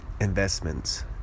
investments